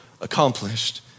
accomplished